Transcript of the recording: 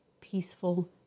peaceful